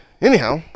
Anyhow